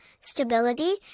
stability